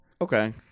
Okay